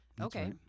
Okay